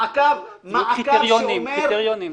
יהיו קריטריונים.